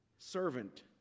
servant